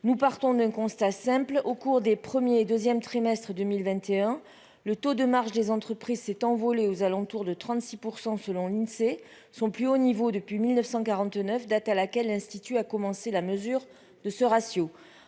nous partons d'un constat simple : au cours des 1er et 2ème trimestres 2021, le taux de marge des entreprises s'est envolé, aux alentours de 36 % selon l'Insee, son plus haut niveau depuis 1949 date à laquelle l'institut a commencé la mesure de ce ratio